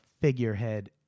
figurehead